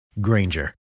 Granger